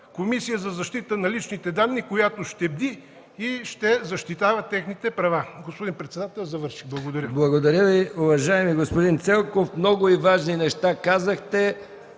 Комисия за защита на личните данни, която ще бди и ще защитава техните права. Господин председател, благодаря,